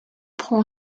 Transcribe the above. prend